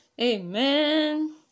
Amen